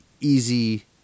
easy